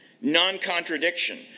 non-contradiction